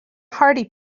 hardy